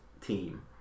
team